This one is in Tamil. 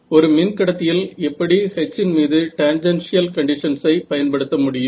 ஒரு மின் கடத்தியில் எப்படி H இன் மீது டான்ஜென்ஷியல் கண்டிஷன்ஸை பயன்படுத்த முடியும்